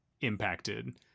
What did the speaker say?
impacted